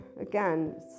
again